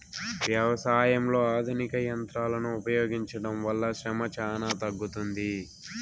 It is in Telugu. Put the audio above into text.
వ్యవసాయంలో ఆధునిక యంత్రాలను ఉపయోగించడం వల్ల శ్రమ చానా తగ్గుతుంది